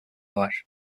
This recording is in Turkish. var